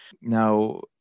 Now